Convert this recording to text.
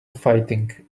fighting